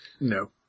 No